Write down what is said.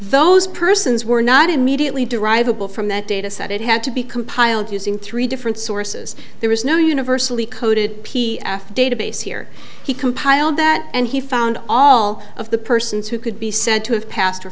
those persons were not immediately drivable from that data set it had to be compiled using three different sources there was no universally coded database here he compiled that and he found all of the persons who could be said to have pas